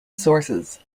sources